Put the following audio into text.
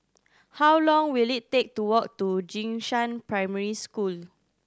how long will it take to walk to Jing Shan Primary School